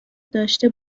داشته